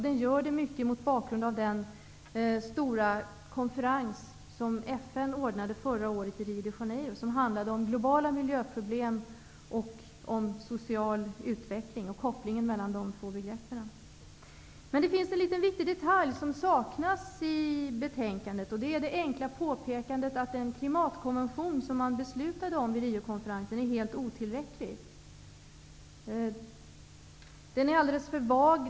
Den gör det mycket mot bakgrund av den stora konferens som FN ordnade förra året i Rio de Janeiro, som hanlade om globala miljöproblem, om social utveckling och om kopplingen mellan de båda begreppen. Men det är en liten viktig detalj som saknas i betänkandet. Det är det enkla påpekandet att den klimatkonvention som man fattat beslut om vid Riokonferensen är helt otillräcklig. Den är alldeles för vag.